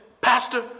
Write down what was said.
pastor